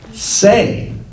say